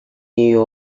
new